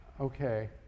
Okay